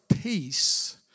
peace